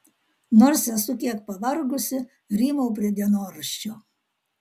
nors esu kiek pavargusi rymau prie dienoraščio